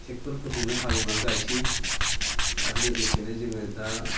ट्रेक्ट'रफोरजोंनो हालेवना गायसै आरो लोगोसेनो जोङो दा